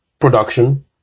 production